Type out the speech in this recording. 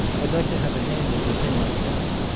i'd like to have a hand in the thing myself.